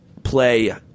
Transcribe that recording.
play